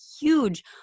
huge